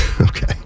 Okay